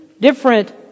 different